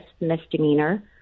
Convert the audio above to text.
misdemeanor